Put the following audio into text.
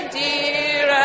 dear